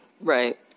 Right